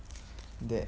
that